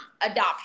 adoption